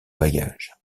bagages